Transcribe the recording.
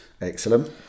Excellent